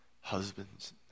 husbands